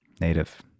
Native